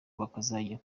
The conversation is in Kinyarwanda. bakazajya